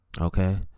Okay